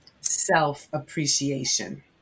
Self-appreciation